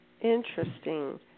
Interesting